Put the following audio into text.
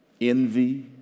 envy